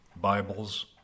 Bibles